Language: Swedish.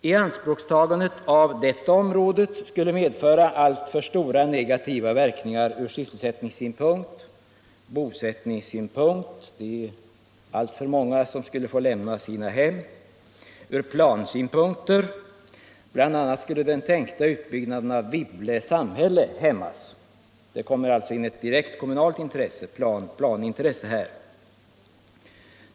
Ianspråkstagandet av detta område skulle medföra alltför stora negativa verkningar från sysselsättningssynpunkt, bosättningssynpunkt — alltför många skulle få lämna sina hem -— och från plansynpunkter; bl.a. skulle den tänkta utbyggnaden av Vible samhälle hämmas. Det kommer alltså här in ett direkt kommunalt planintresse.